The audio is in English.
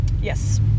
Yes